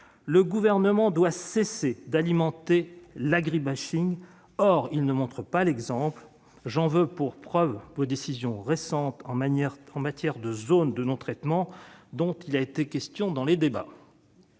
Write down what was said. Le Gouvernement doit cesser d'alimenter l'agribashing. Or il ne montre pas l'exemple. J'en veux pour preuve vos décisions récentes quant aux zones de non-traitement, dont il a été question au cours du débat.